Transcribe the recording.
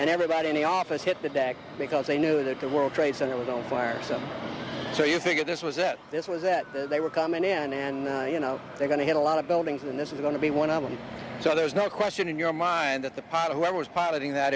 and everybody in the office hit the deck because they knew that the world trade center was on fire so so you think this was it this was it they were coming in and you know they're going to hit a lot of buildings and this is going to be one of them so there's no question in your mind that the part of what was piloting that